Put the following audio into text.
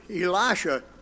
Elisha